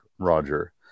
roger